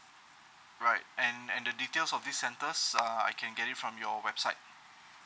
right and and the details of this centers uh I can get it from your website